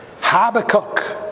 Habakkuk